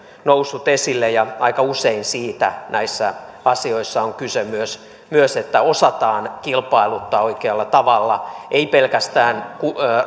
noussut esille ja aika usein näissä asioissa on kyse myös siitä että osataan kilpailuttaa oikealla tavalla ei pelkästään